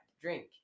drink